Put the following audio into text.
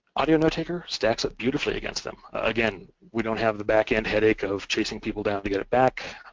audio notetaker stacks up beautifully against them. again, we don't have the backend headache of chasing people down to get it back.